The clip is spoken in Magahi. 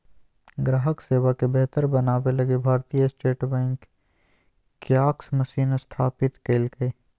ग्राहक सेवा के बेहतर बनाबे लगी Bharatiya state bank kiosk machine स्थापित कइल्कैय